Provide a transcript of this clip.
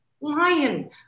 lion